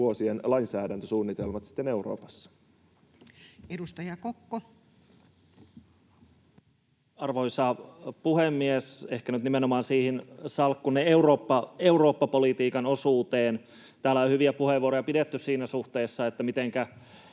valtion talousarvioksi vuodelle 2025 Time: 18:30 Content: Arvoisa puhemies! Ehkä nyt nimenomaan siihen salkkunne Eurooppa-politiikan osuuteen. Täällä on hyviä puheenvuoroja pidetty siinä suhteessa, mitenkä